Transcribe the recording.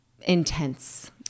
intense